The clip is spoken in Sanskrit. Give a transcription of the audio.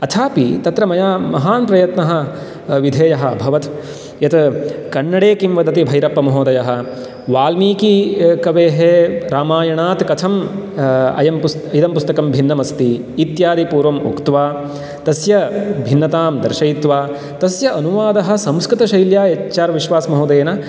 अथापि तत्र मया महान् प्रयत्नः विधेयः अभवत् यत् कन्नडे किं वदति भैरप्पमहोदयः वाल्मीकि कवेः रामायणात् कथं अयं इदं पुस्तकं भिन्नमस्ति इत्यादि पूर्वम् उक्त्वा तस्य भिन्नतां दर्शयित्वा तस्य अनुवादः संस्कृतशैल्या एच्च् आर् विश्वासमहोदयेन